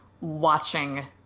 watching